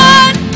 one